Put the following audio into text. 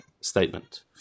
statement